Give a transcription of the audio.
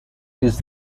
his